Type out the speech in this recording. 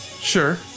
Sure